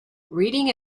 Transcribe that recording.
reading